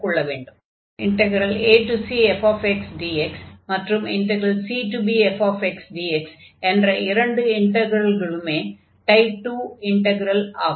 acfxdx மற்றும் cbfxdx என்ற இரண்டு இன்டக்ரல்களுமே டைப் 2 இன்டக்ரல் ஆகும்